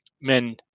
men